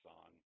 on